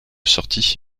sortie